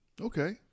Okay